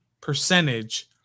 percentage